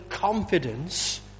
Confidence